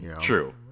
True